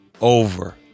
over